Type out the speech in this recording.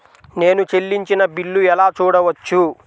నేను చెల్లించిన బిల్లు ఎలా చూడవచ్చు?